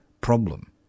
problem